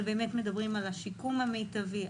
אבל באמת מדברים על השיקום המיטבי,